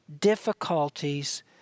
difficulties